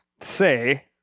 say